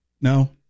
No